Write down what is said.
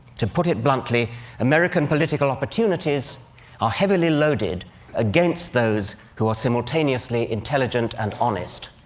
to put it bluntly american political opportunities are heavily loaded against those who are simultaneously intelligent and honest.